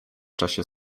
czasie